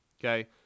okay